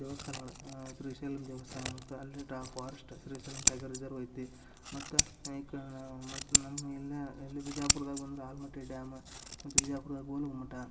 ದೇವಸ್ಥಾನಗಳ್ ಶ್ರೀಶೈಲಂ ದೇವಸ್ಥಾನ ಮತ್ತು ಅಲ್ಲಿ ಟಾ ಫಾರೆಸ್ಟ್ ಶ್ರೀಶೈಲಂ ಟೈಗರ್ ರಿಸರ್ವ್ ಐತಿ ಮತ್ತು ಈ ಕಡೆ ಮತ್ತೆ ನಮ್ಮ ಇಲ್ಲ ಇಲ್ಲಿ ವಿಜಯಪುರ್ದಾಗ ಬಂದ್ರ ಆಲ್ಮಟ್ಟಿ ಡ್ಯಾಮ್ ಮತ್ತೆ ವಿಜಯಪುರದ ಗೋಲುಗುಮ್ಮಟ